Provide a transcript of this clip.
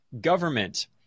government